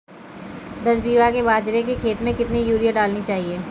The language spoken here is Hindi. दस बीघा के बाजरे के खेत में कितनी यूरिया डालनी चाहिए?